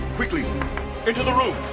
quickly into the room.